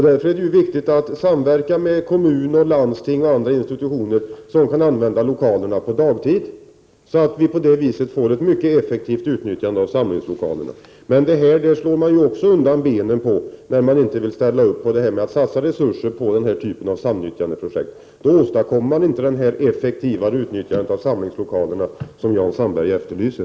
Därför är det viktigt att föreningar samverkar med kommuner, landsting och andra institutioner som kan använda lokalerna på dagtid. På det sättet skulle samlingslokalerna utnyttjas mycket effektivare. Men detta förslag förkastas av utskottsmajoriteten, eftersom några resurser inte föreslås för denna typ av samnyttjandeprojekt. Då får man inte heller detta effektivare utnyttjande av samlingslokalerna som Jan Sandberg efterlyser.